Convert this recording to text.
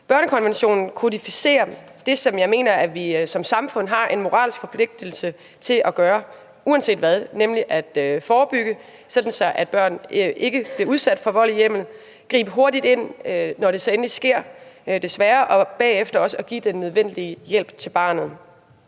Børnekonventionen kodificerer det, som jeg mener at vi som samfund har en moralsk forpligtelse til at gøre uanset hvad, nemlig at forebygge, at børn bliver udsat for vold i hjemmet – ved at gribe hurtigt ind, når det desværre sker, og bagefter også give den nødvendige hjælp til barnet.